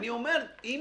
האם